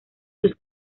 sus